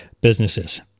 businesses